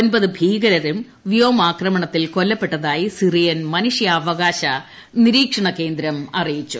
ഒൻപത് ഭീകരരും വ്യോമാക്രമണത്തിൽ കൊല്ലപ്പെട്ടതായി സിറിയൻ മനുഷ്യാവകാശ നിരീക്ഷണ കേന്ദ്രം അറിയിച്ചു